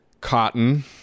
Cotton